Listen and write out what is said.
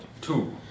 two